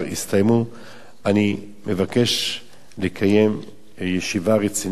אני מבקש לקיים ישיבה רצינית ומעמיקה בנושא הזה,